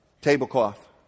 tablecloth